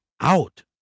out